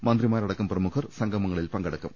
മന്ത്രിമാരടക്കം പ്രമുഖർ സംഗമങ്ങളിൽ പങ്കെടുക്കും